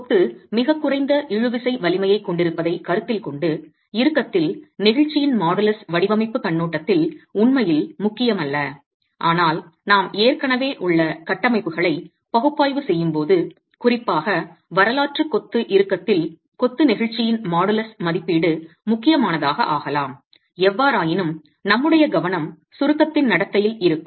கொத்து மிகக் குறைந்த இழுவிசை வலிமையைக் கொண்டிருப்பதைக் கருத்தில் கொண்டு இறுக்கத்தில் நெகிழ்ச்சியின் மாடுலஸ் வடிவமைப்பு கண்ணோட்டத்தில் உண்மையில் முக்கியமல்ல ஆனால் நாம் ஏற்கனவே உள்ள கட்டமைப்புகளை பகுப்பாய்வு செய்யும் போது குறிப்பாக வரலாற்று கொத்து இறுக்கத்தில் கொத்து நெகிழ்ச்சியின் மாடுலஸ் மதிப்பீடு முக்கியமானதாக ஆகலாம் எவ்வாறாயினும் நம்முடைய கவனம் சுருக்கத்தின் நடத்தையில் இருக்கும்